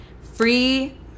Free